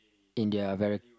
in their very